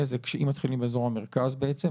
נזק שאם מתחילים באזור המרכז בעצם,